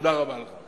תודה רבה לך.